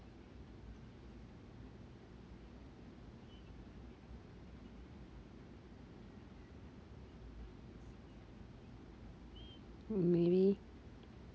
maybe